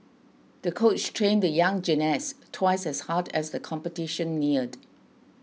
the coach trained the young gymnast twice as hard as the competition neared